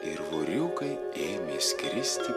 ir voriukai ėmė skristi